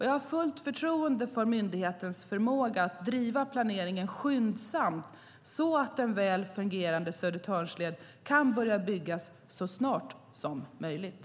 Jag har fullt förtroende för myndighetens förmåga att driva planeringen skyndsamt så att en väl fungerade Södertörnsled kan börja byggas så snart som möjligt.